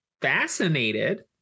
fascinated